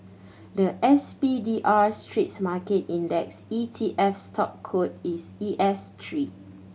the S P D R Straits Market Index E T F stock code is E S three